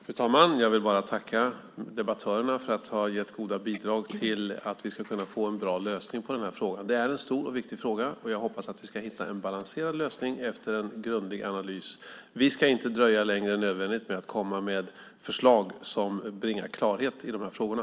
Fru talman! Jag vill tacka debattörerna för ni har gett goda bidrag för att vi ska kunna få en bra lösning på den här frågan. Det är en stor och viktig fråga. Jag hoppas att vi ska hitta en balanserad lösning efter en grundlig analys. Vi ska inte dröja längre än nödvändigt med att komma med förslag som bringar klarhet i de här frågorna.